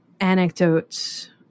anecdotes